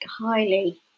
highly